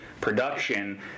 production